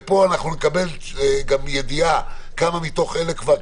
ופה אנחנו נקבל גם ידיעה כמה מתוך אלה כבר,